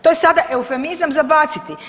To je sada eufemizam za baciti.